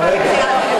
ככה,